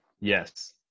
Yes